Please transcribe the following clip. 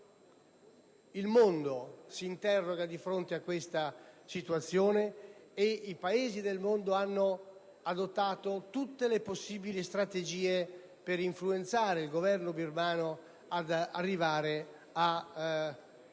il mondo si interroga di fronte a questa situazione e i Paesi del mondo hanno adottato tutte le possibili strategie per influenzare il Governo birmano verso